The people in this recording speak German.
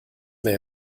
mehr